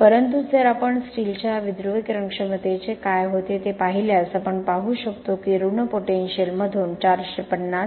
परंतु जर आपण स्टीलच्या विध्रुवीकरण क्षमतेचे काय होते ते पाहिल्यास आपण पाहू शकतो की ऋण पोटेन्शियल मधून 450